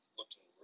looking